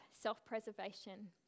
self-preservation